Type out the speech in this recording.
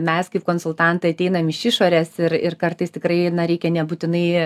mes kaip konsultantai ateinam iš išorės ir ir kartais tikrai na reikia nebūtinai